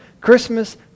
Christmas